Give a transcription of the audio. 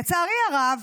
לצערי הרב